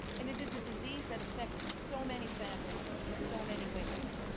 and it is a disease that affects so many families, in so many ways.